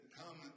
come